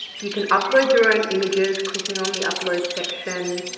you can upload your own images clicking on the upload section